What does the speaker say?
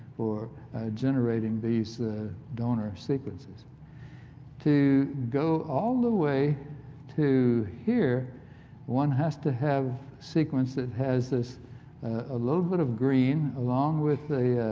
generating these donor sequences to go all the way to here one has to have sequence that has this a little bit of green along with the